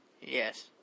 Yes